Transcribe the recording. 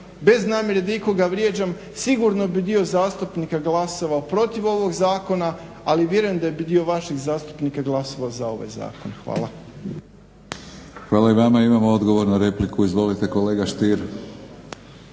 bez namjere da ikoga vrijeđam, sigurno bi dio zastupnika glasovao protiv ovog zakona, ali vjerujem da bi dio vaših zastupnika glasovao za ovaj zakon. Hvala. **Batinić, Milorad (HNS)** Hvala i vama. Imamo odgovor na repliku, izvolite kolega Stier.